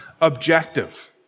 objective